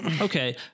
Okay